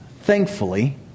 thankfully